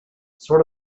sort